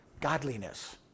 godliness